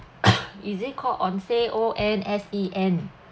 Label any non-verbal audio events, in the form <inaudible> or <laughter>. <noise> is it called onsen O N S E N